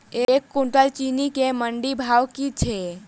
एक कुनटल चीनी केँ मंडी भाउ की छै?